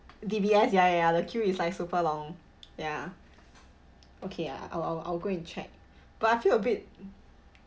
D_B_S ya ya ya the queue is like super long ya okay ah I'll I'll I'll go and check but I feel a bit